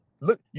Look